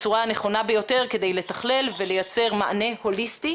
בצורה הנכונה ביותר כדי לתכלל ולייצר מענה הוליסטי